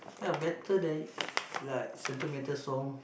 ya better than like sentimental song